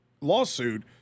lawsuit